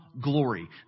glory